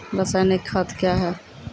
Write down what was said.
रसायनिक खाद कया हैं?